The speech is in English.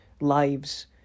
lives